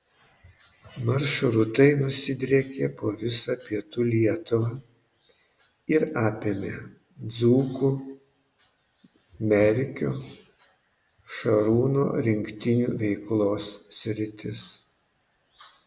maršrutai nusidriekė po visą pietų lietuvą ir apėmė dzūkų merkio šarūno rinktinių veiklos sritis